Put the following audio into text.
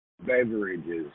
Beverages